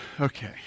Okay